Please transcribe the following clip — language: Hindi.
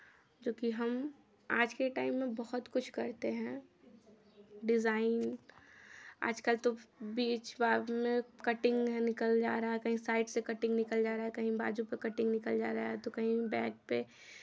जो कि हम आज के टाइम में बहुत कुछ करते हैं डिज़ाइन आजकल तो बीच में कटिंग निकल जा रहा है कहीं से साइड से कटिंग निकल जा रहा है कहीं बाजू पे कटिंग निकल जा रहा है तो कहीं बैक पे